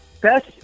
Best